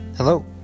Hello